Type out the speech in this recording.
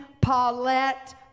Paulette